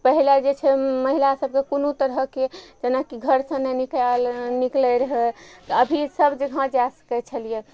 पहिले जे छै महिला सबके कोनो तरहके जेनाकि घरसँ नहि निकाल निकलइ रहय तऽ अभी सब जगह जा सकय छलियै